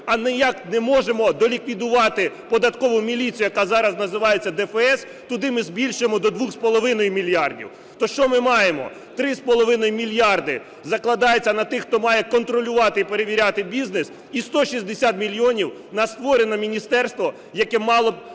а ніяк не можемо доліквідувати податкову міліцію, яка зараз називається ДФС, туди ми збільшуємо до 2,5 мільярда. То що ми маємо? 3,5 мільярда закладається на тих, хто має контролювати і перевіряти бізнес, і 160 мільйонів – на створене міністерство, яке мало,